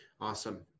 Awesome